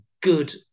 good